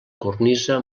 cornisa